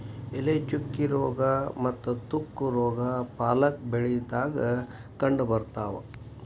ಎಲೆ ಚುಕ್ಕಿ ರೋಗಾ ಮತ್ತ ತುಕ್ಕು ರೋಗಾ ಪಾಲಕ್ ಬೆಳಿದಾಗ ಕಂಡಬರ್ತಾವ